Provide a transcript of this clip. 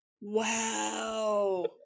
Wow